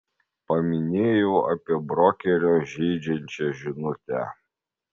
paminėjau apie brokerio žeidžiančią žinutę